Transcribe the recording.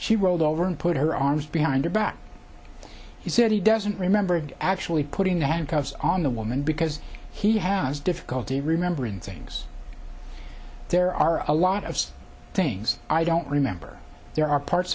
she rolled over and put her arms behind her back he said he doesn't remember of actually putting the handcuffs on the woman because he has difficulty remembering things there are a lot of things i don't remember there are parts